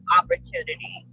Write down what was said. opportunity